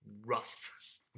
Rough